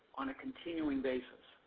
on a continuing basis.